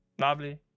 Lovely